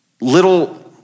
little